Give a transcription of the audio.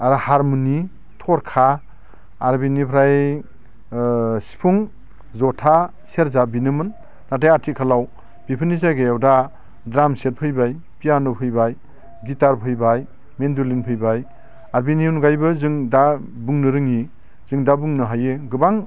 आरो हारमुनि थरखा आरो बिनिफ्राय ओ सिफुं जथा सेरजा बेनोमोन नाथाय आथिखालाव बिफोरनि जायगायाव दा ड्रामसेट फैबाय पियान' फैबाय गिटार फैबाय मेनड'लिन फैबाय आरो बिनि अनगायैबो जों दा बुंनो रोङि जों दा बुंनो हायो गोबां